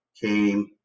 came